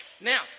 Now